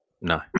No